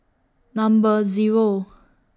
Number Zero